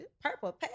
purple